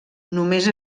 només